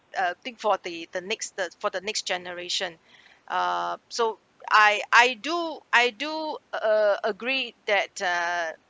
uh thing for the the next the for the next generation uh so I I do I do uh agree that uh